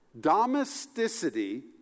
Domesticity